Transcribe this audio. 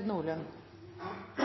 å